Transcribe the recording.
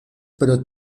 pro